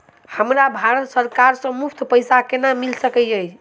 हमरा भारत सरकार सँ मुफ्त पैसा केना मिल सकै है?